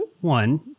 One